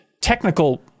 technical